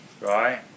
Right